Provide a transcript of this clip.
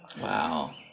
Wow